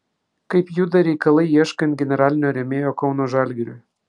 kaip juda reikalai ieškant generalinio rėmėjo kauno žalgiriui